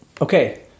Okay